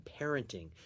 parenting